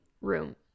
room